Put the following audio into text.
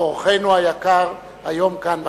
אורחנו היקר היום כאן בכנסת.